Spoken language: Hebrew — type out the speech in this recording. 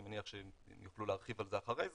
אני מניח שהם יוכלו להרחיב על כך אחרי זה,